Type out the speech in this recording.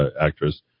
actress